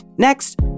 Next